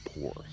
poor